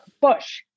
Bush